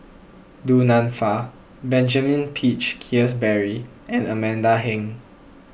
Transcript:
Du Nanfa Benjamin Peach Keasberry and Amanda Heng